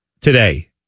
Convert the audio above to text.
Today